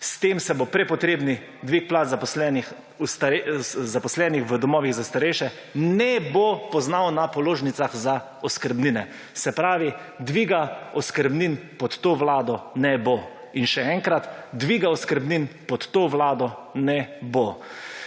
S tem se bo prepotrebni dvig plač zaposlenih v domovih za starejše, ne bo poznal na položnicah za oskrbnine. Se pravi, dviga oskrbnin pod to Vlado ne bo. In še enkrat, dviga oskrbnin pod to Vlado ne bo.